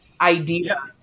idea